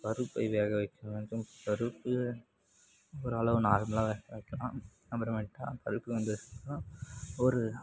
பருப்பை வேக வைக்க வேண்டும் பருப்பு ஓரளவு நார்மலாக வைக்கணும் அப்புறமேட்டு பருப்பு வெந்ததுக்கு அப்புறம் ஒரு